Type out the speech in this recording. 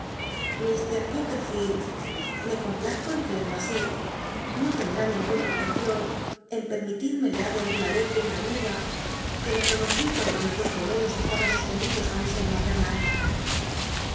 m coppcrfield me complazco en creerlo así no tencopper objecion en permitirme le hable alguninguna dr í na vez de una amiga que lo conoció cuando mis dos gemelos estaban suspendidos mi seno maternal